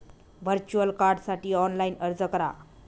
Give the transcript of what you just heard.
virtual कार्डसाठी online अर्ज करा